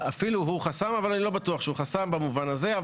אפילו הוא חסם אבל אני לא בטוח שהוא חסם במובן הזה.